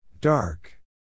Dark